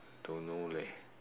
don't know leh